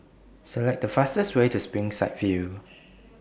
Select The fastest Way to Springside View